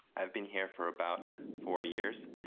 i've been here for about four years.